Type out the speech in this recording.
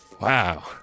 Wow